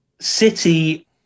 City